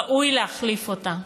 ראוי להחליף אותה.